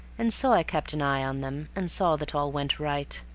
and so i kept an eye on them and saw that all went right,